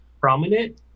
prominent